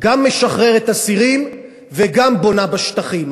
גם משחררת אסירים וגם בונה בשטחים.